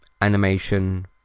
Animation